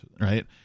Right